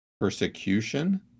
persecution